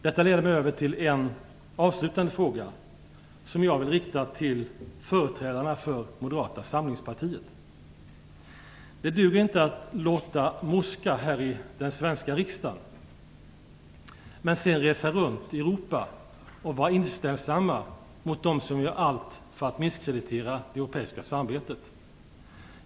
Detta leder mig över till en avslutande fråga, som jag vill rikta till företrädarna för Moderata samlingspartiet. Det duger inte att låta morsk här i den svenska riksdagen men sedan resa runt i Europa och vara inställsam mot dem som gör allt för att misskreditera det europeiska samarbetet.